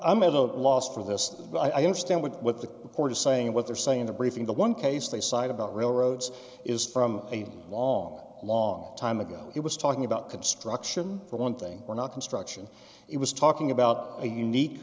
i'm a vote lost for this but i understand what the court is saying what they're saying in the briefing the one case they cite about railroads is from a long long time ago he was talking about construction for one thing we're not construction it was talking about a unique